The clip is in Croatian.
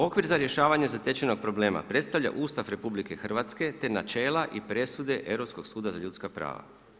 Okvir za rješavanje zatečenog problema predstavlja Ustav RH te načela i presude Europskog suda za ljudska prava.